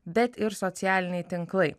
bet ir socialiniai tinklai